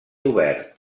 obert